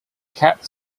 cat